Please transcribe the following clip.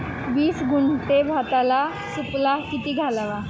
वीस गुंठे भाताला सुफला किती घालावा?